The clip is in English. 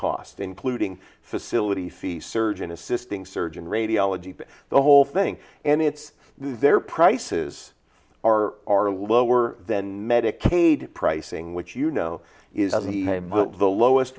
cost including facility fee surgeon assisting surgeon radiology the whole thing and it's their prices are are lower than medicaid pricing which you know is the lowest